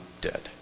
dead